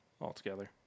altogether